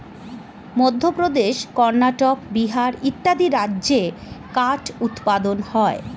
মধ্যপ্রদেশ, কর্ণাটক, বিহার ইত্যাদি রাজ্যে কাঠ উৎপাদন হয়